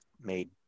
made